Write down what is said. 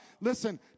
Listen